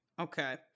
okay